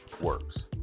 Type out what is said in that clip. works